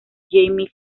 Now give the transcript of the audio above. jamie